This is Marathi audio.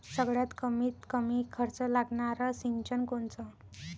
सगळ्यात कमीत कमी खर्च लागनारं सिंचन कोनचं?